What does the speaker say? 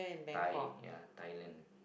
Thai ya Thailand